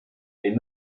est